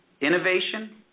innovation